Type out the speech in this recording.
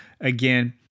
again